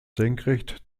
senkrecht